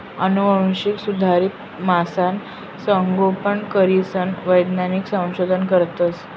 आनुवांशिक सुधारित मासासनं संगोपन करीसन वैज्ञानिक संशोधन करतस